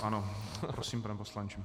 Ano, prosím, pane poslanče.